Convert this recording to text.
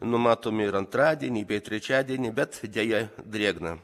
numatomi ir antradienį bei trečiadienį bet deja drėgna